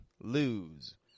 lose